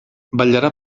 vetllarà